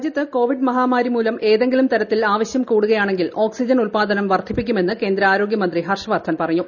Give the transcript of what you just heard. രാജ്യത്ത് കോവിഡ് മഹാമാരി മൂലം ഏതെങ്കിലും തരത്തിൽ ആവശ്യം കൂടുകയാണെങ്കിൽ ഓക്സിജൻ ഉല്പാദനം വർധിപ്പിക്കുമെന്ന് കേന്ദ്ര ആരോഗ്യമന്ത്രി ഹർഷ് വർദ്ധൻ പറഞ്ഞു